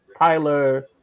Tyler